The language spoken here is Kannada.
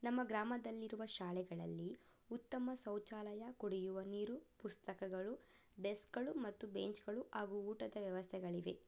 ನಮ್ಮ ಗ್ರಾಮದಲ್ಲಿರುವ ಶಾಲೆಗಳಲ್ಲಿ ಉತ್ತಮ ಶೌಚಾಲಯ ಕುಡಿಯುವ ನೀರು ಪುಸ್ತಕಗಳು ಡೆಸ್ಕ್ಗಳು ಮತ್ತು ಬೇಂಚ್ಗಳು ಹಾಗೂ ಊಟದ ವ್ಯವಸ್ಥೆಗಳಿವೆ